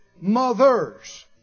mothers